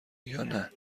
یانه